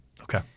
Okay